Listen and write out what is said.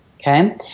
okay